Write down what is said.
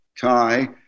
tie